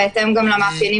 או שתעשו את זה בסעיף אחר,